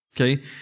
Okay